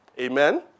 Amen